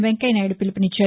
వెంకయ్య నాయుడు పిలుపునిచ్చారు